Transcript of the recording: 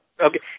Okay